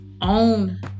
own